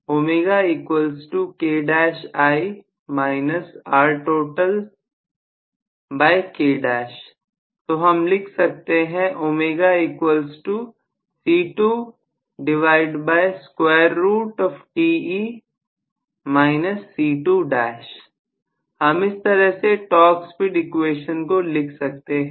तो हम लिख सकते हैं हम इस तरह से टॉर्क स्पीड इक्वेशन को लिख सकते हैं